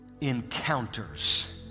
encounters